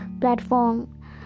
platform